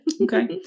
okay